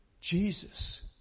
Jesus